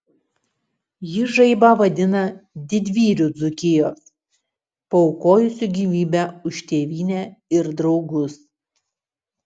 ji žaibą vadina didvyriu dzūkijos paaukojusiu gyvybę už tėvynę ir draugus